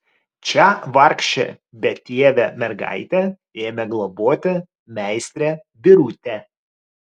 čia vargšę betėvę mergaitę ėmė globoti meistrė birutė